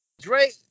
Drake